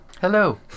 Hello